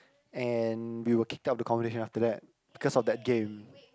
and we were kicked out of the competition after that because of that game